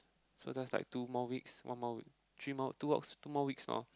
so that's like two more weeks one more week three more two about two more weeks orh